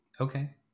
okay